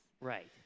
Right